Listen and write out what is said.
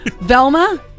Velma